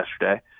yesterday